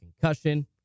concussion